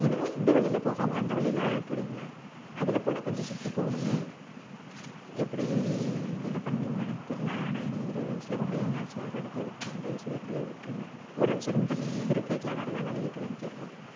என்னது இந்த வழியில் போகாமல் அந்த வழியில் போறீங்களா அதில் போனால் கொஞ்சம் சுற்றி போகணுமே எப்படி என்ன பண்ணுவீங்கன்னு எனக்கு தெரியல ஆனால் என்னை இருபது நிமிசத்தில் கொண்டு போய் நான் சேர்கிற இடத்துல விட்டுருங்க தயவுசெஞ்சு எப்படியாவது விட்டுருங்க ஒரு நிமிஷம் இருங்கள் தம்பி இவுரை கேட்கலாம் வேறு ஏதாவது வழி இருக்குதான்னு கேட்போம்